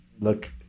look